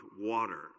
water